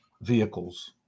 vehicles